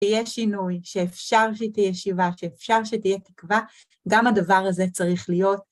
תהיה שינוי, שאפשר שתהיה שיבה, שאפשר שתהיה תקווה, גם הדבר הזה צריך להיות.